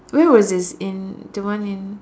where was this in the one in